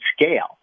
scale